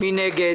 מי נגד?